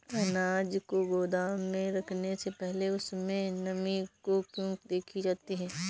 अनाज को गोदाम में रखने से पहले उसमें नमी को क्यो देखी जाती है?